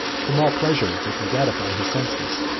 from all pleasure that can gratify his senses.